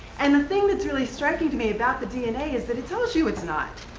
and the thing that's really striking to me about the dna is that it tells you it's not.